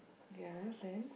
ya then